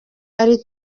iri